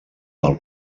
del